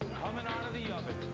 comin' out of the oven.